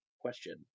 question